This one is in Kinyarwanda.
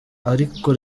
ariko